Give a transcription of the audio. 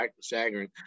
staggering